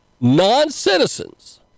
Non-citizens